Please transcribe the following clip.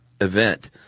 event